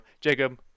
Jacob